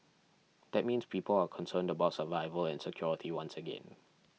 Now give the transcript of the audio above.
that means people are concerned about survival and security once again